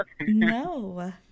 No